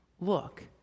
look